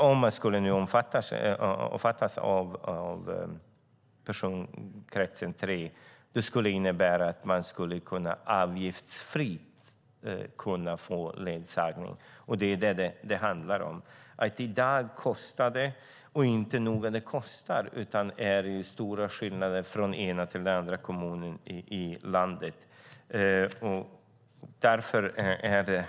Om man skulle omfattas av personkrets 3 skulle det innebära att man skulle kunna få avgiftsfri ledsagning, och det är ju detta det handlar om. I dag kostar det, och inte nog med att det kostar utan det är också stora skillnader från den ena till den andra kommunen i landet.